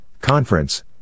conference